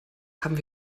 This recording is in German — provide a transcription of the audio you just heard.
haben